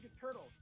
Turtles